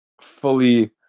fully